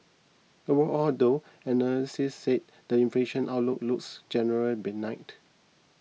overall though analysts said the inflation outlook looks generally benignt